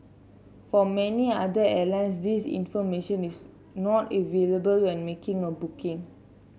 for many other airlines this information is not available when making a booking